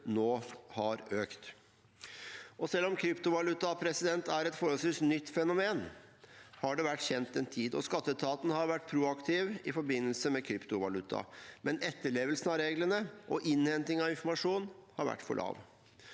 nå har økt. Selv om kryptovaluta er et forholdsvis nytt fenomen, har det vært kjent en tid. Skatteetaten har vært proaktiv i forbindelse med kryptovaluta, men etterlevelsen av reglene og innhentingen av informasjon har vært for svak.